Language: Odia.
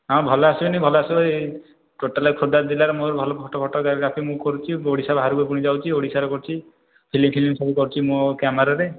ହଁ ଭଲ ଆସିବନି ଭଲ ଆସିବ ଟୋଟାଲ୍ ଖୋର୍ଦ୍ଧା ଜିଲ୍ଲାରେ ମୋର ଭଲ ଫଟୋ ଫଟୋଗ୍ରାଗ୍ରାଫି ମୁଁ କରୁଛି ଓଡ଼଼ିଶା ବାହାରକୁ ପୁଣି ଯାଉଛି ଓଡ଼ିଶାରେ କରୁଛି ଫିଲ୍ମ ଫିଲିମ୍ ସବୁ କରୁଛି ମୋ କ୍ୟାମେରାରେ